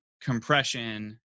compression